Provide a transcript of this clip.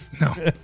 No